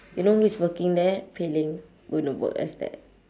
you know who's working there pei ling going to work as that